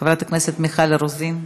חברת הכנסת מיכל רוזין,